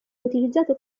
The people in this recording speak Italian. utilizzato